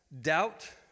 doubt